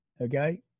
okay